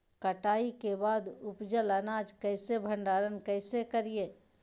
कटाई के बाद उपजल अनाज के भंडारण कइसे करियई?